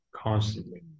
Constantly